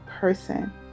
person